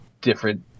different –